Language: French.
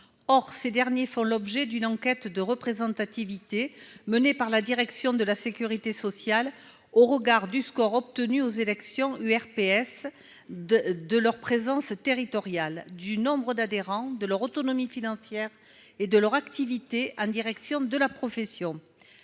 Ces derniers font l'objet d'une enquête de représentativité, menée par la direction de la sécurité sociale, au regard du score obtenu aux élections de l'URPS, de leur présence territoriale, du nombre d'adhérents, de leur autonomie financière et de leur activité en direction de la profession.